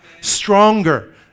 stronger